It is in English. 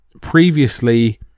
previously